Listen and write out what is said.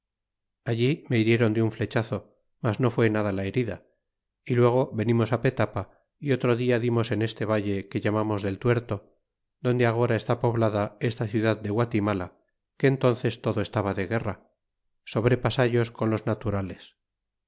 allí me hiriéron de un flechazo mas no frió nada la herida y luego venimos á petapa y otro dia dimos en este valle que llamamos del tuerto donde agora está poblada esta ciudad de guatirnala que entnces todo estaba de guerra sobre pasallos con los naturales